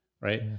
right